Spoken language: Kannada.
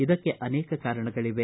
ಇದಕ್ಕೆ ಅನೇಕ ಕಾರಣಗಳವೆ